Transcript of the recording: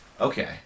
okay